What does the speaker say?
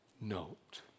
note